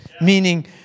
meaning